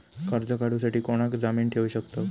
कर्ज काढूसाठी कोणाक जामीन ठेवू शकतव?